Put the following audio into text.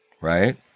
right